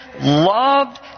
loved